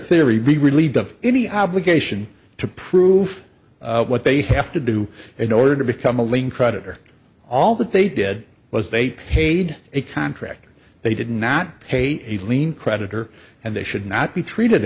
theory be relieved of any obligation to prove what they have to do in order to become a link creditor all that they did was they paid a contractor they did not pay a lien creditor and they should not be treated